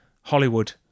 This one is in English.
Hollywood